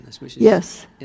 Yes